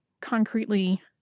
concretely